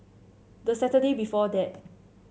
the Saturday before that